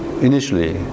initially